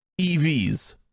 EVs